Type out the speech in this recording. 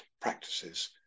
practices